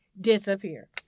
disappear